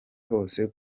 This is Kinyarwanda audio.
hose